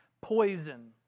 poison